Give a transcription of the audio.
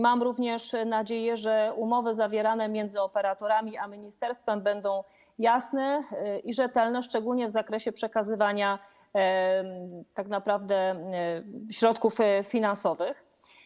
Mam również nadzieję, że umowy zawierane między operatorami a ministerstwem będą jasne i rzetelne, szczególnie w zakresie przekazywania środków finansowych.